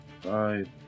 Five